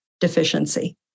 deficiency